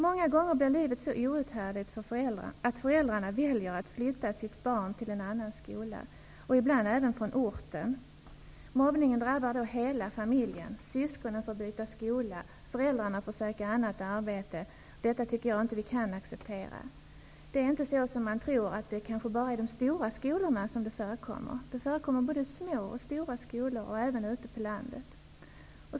Många gånger blir livet så outhärdligt att föräldrarna väljer att flytta sitt barn till en annan skola, ibland även från orten. Mobbningen drabbar då hela familjen -- syskonen får byta skola, föräldrarna får söka annat arbete. Detta tycker jag inte att vi kan acceptera. Det är inte bara i de stora skolorna som det förekommer mobbning. Det förekommer på både stora och små skolor och även ute på landet.